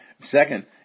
Second